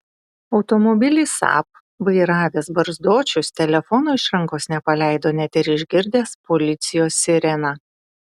automobilį saab vairavęs barzdočius telefono iš rankos nepaleido net ir išgirdęs policijos sireną